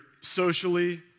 socially